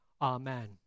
Amen